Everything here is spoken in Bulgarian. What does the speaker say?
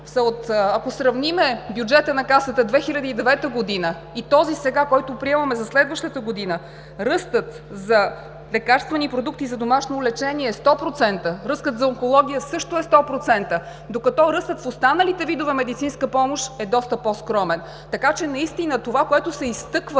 ако сравним бюджета на Касата през 2009 г. и този, който сега приемаме за следващата година, ръстът за лекарствени продукти за домашно лечение е 100%, ръстът за онкология също е 100%, докато ръстът в останалите видове медицинска помощ е доста по-скромен. Така че наистина това, което се изтъква